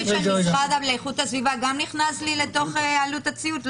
צריכה לאיכות הסביבה גם נכנס לעלות הציות?